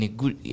good